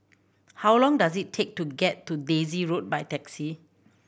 how long does it take to get to Daisy Road by taxi